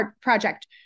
project